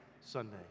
Sunday